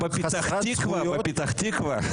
חסרת זכויות --- אופוזיציה מוניציפלית בפתח תקוה.